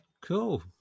Cool